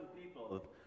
people